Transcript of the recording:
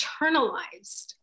internalized